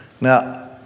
Now